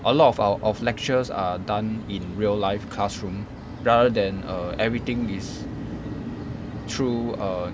a lot of our of lectures are done in real life classroom rather than err everything is through err